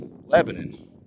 Lebanon